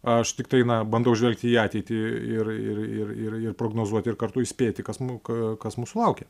aš tiktai na bandau žvelgti į ateitį ir ir ir ir ir prognozuoti ir kartu įspėti kas mū ka kas mūsų laukia